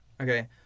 Okay